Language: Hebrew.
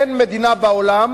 אין מדינה בעולם